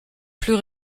plus